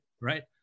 right